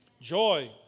Joy